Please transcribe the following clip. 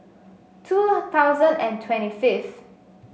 two thousand and twenty fifth